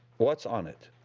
what's on it?